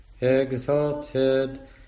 exalted